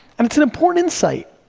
um it's an important insight.